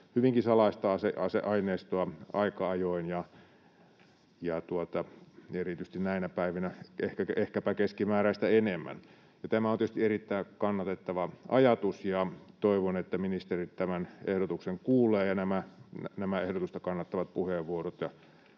hyvinkin salaista aineistoa aika ajoin, erityisesti näinä päivinä ehkäpä keskimääräistä enemmän. Tämä on tietysti erittäin kannatettava ajatus, ja toivon, että ministerit kuulevat tämän ehdotuksen ja nämä ehdotusta kannattavat puheenvuorot